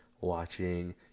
watching